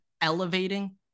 elevating